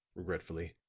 regretfully,